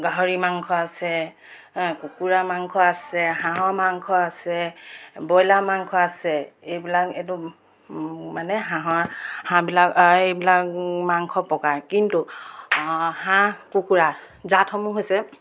গাহৰি মাংস আছে কুকুৰা মাংস আছে হাঁহৰ মাংস আছে বইলাৰ মাংস আছে এইবিলাক এইটো মানে হাঁহৰ হাঁহবিলাক এইবিলাক মাংস প্ৰকাৰ কিন্তু হাঁহ কুকুৰা জাতসমূহ হৈছে